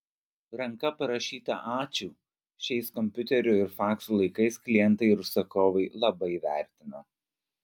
ranka parašytą ačiū šiais kompiuterių ir faksų laikais klientai ir užsakovai labai vertina